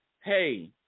hey